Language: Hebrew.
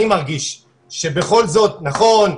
אני מרגיש שבכל זאת נכון,